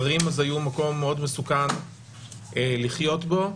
ערים אז היו מקום מאוד מסוכן לחיות בו,